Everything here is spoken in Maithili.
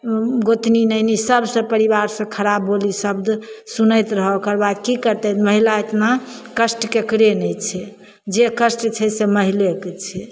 गोतनी नैनी सब से परिबार से खराब बोली शब्द सुनैत रहो ओकरबाद की करतै महिला इतना कष्ट केकरो नहि छै जे कष्ट छै से महिलेके छै